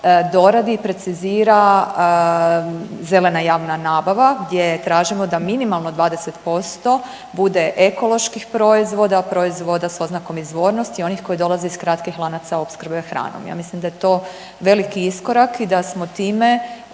doradi i precizira zelena javna nabava gdje tražimo da minimalno 20% bude ekoloških proizvoda, proizvoda s oznakom izvornosti, onih koji dolaze iz kratkih lanaca opskrbe hranom. Ja mislim da je to veliki iskorak i da smo time